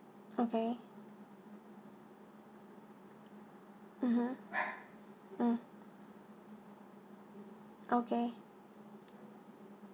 okay mmhmm mm okay